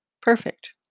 perfect